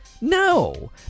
no